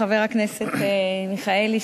חבר הכנסת מיכאלי,